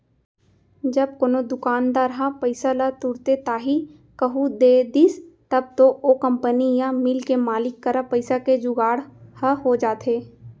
जब कोनो दुकानदार ह पइसा ल तुरते ताही कहूँ दे दिस तब तो ओ कंपनी या मील के मालिक करा पइसा के जुगाड़ ह हो जाथे